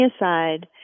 aside